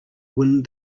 wind